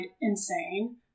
insane